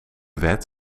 wet